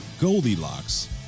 goldilocks